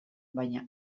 baina